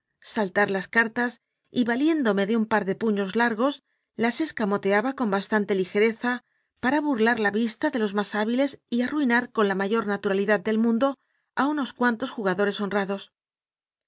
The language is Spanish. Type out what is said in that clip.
saltar las cartas y valiéndome de un par de puños largos las escamoteaba con bastante ligereza para burlar la vista de los más hábiles y arruinar con la ma yor naturalidad del mundo a unos cuantos jugado res honrados